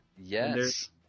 Yes